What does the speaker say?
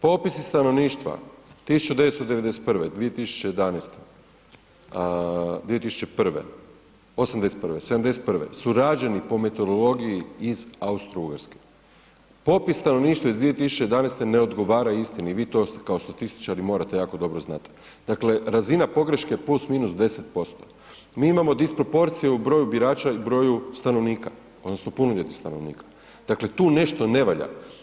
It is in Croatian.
Popisi stanovništva 1991., 2011., 2001., '81., '71. su rađeni po metodologiji iz Austro-Ugarske, popis stanovništva iz 2011. ne odgovara istini, vi to kao statističari morate jako dobro znat, dakle razina pogreške + -10%, mi imamo disproporciju u broju birača i u broju stanovnika odnosno punoljetnih stanovnika, dakle tu nešto ne valja.